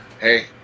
hey